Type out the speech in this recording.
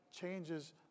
changes